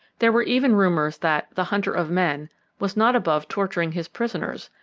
there were even rumours that the hunter of men was not above torturing his prisoners,